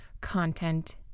content